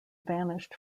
vanished